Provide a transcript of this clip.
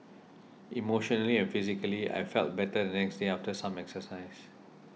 emotionally and physically I felt better the next day after some exercise